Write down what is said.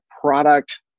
product